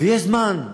ויש זמן,